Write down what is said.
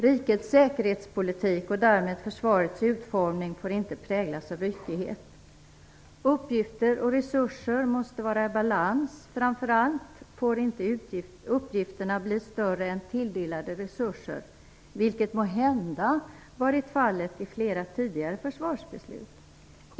Rikets säkerhetspolitik och därmed försvarets utformning får inte präglas av ryckighet. Uppgifter och resurser måste vara i balans. Framför allt får inte uppgiften bli större än tilldelade resurser, vilket måhända varit fallet i flera tidigare försvarsbeslut.